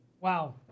Wow